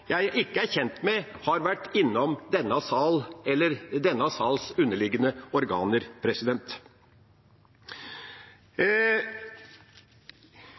jeg kjenner til – ikke har vært innom denne salen eller denne salens underliggende organer.